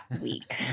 week